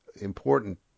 important